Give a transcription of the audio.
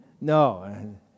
no